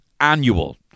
annual